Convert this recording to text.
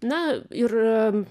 na ir